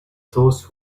those